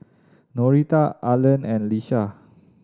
Norita Arlen and Ieshia